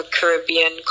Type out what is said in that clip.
Caribbean